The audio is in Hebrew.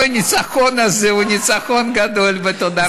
הניצחון הזה הוא ניצחון גדול, ותודה רבה.